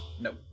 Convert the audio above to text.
no